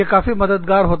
यह काफी मददगार होता है